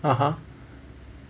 (uh huh)